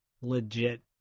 legit